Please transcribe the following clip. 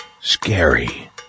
scary